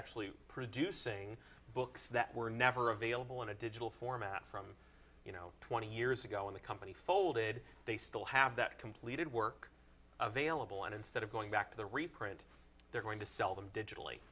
actually producing books that were never available in a digital format from you know twenty years ago when the company folded they still have that completed work available and instead of going back to the reprint they're going to sell them digitally